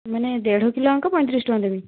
ମାନେ ଦେଢ଼କିଲୋ ଆଙ୍କ ପଇଁତିରିଶି ଟଙ୍କା ଦେମି